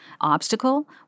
obstacle